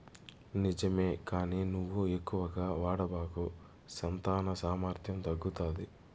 నిజమే కానీ నువ్వు ఎక్కువగా వాడబాకు సంతాన సామర్థ్యం తగ్గుతాది